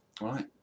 Right